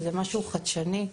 זה משהו חדשני,